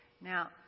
Now